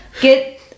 Get